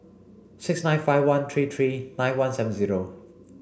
six nine five one three three nine one seven zero